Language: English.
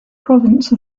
province